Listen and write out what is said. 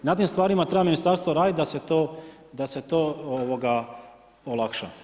Na tim stvarima treba ministarstvo raditi da se to olakša.